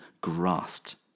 grasped